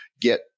get